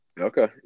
Okay